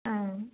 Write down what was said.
ஆ